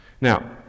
Now